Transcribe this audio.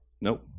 nope